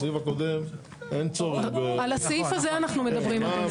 הסעיף הקודם אין צורך --- על הסעיף הזה אנחנו מדברים אדוני.